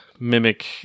mimic